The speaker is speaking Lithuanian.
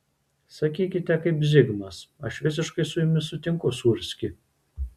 sakykite kaip zigmas aš visiškai su jumis sutinku sūrski